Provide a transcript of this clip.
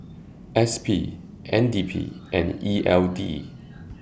S P N D P and E L D